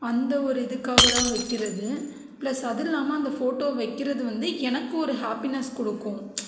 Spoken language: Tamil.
அந்த ஒரு இதுக்காகதான் வைக்கிறது பிளஸ் அதுவும் இல்லாமல் அந்த ஃபோட்டோ வைக்கிறது வந்து எனக்கு ஒரு ஹாப்பினஸ் கொடுக்கும்